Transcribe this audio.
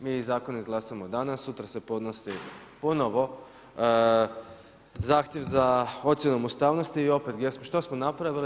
Mi zakon izglasamo danas, sutra se podnosi ponovo zahtjev za ocjenom ustavnosti i opet gdje smo, što smo napravili?